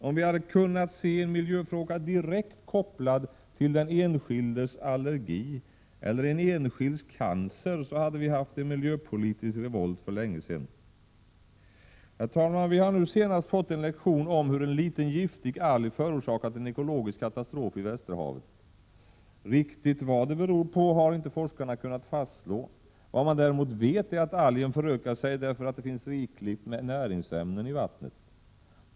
Om vi hade kunnat se en miljöfråga direkt kopplad till en enskilds allergi eller en enskilds cancer hade vi haft en miljöpolitisk revolt för länge sedan. Herr talman! Vi har nu senast fått en lektion om hur en liten giftig alg förorsakat en ekologisk katastrof i Västerhavet. Riktigt vad det beror på har inte forskarna kunnat fastslå. Vad man däremot vet är att algen förökar sig därför att det finns rikligt med näringsämnen i vattnet.